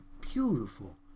beautiful